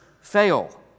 fail